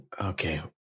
okay